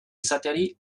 izateari